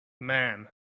man